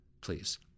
please